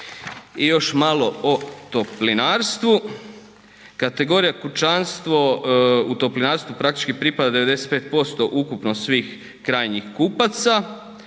I još malo o toplinarstvu, kategorija kućanstvo u toplinarstvu praktički pripada 95% ukupno svih krajnjih kupaca.